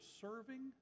serving